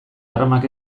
armak